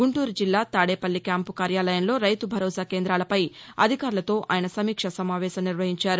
గుంటూరు జిల్లా తాదేపల్లి క్యాంపు కార్యాలయంలో రైతు భరోసా కేందాలపై అధికారులతో ఆయన సమీక్షా సమావేశం నిర్వహించారు